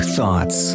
Thoughts